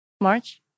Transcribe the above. March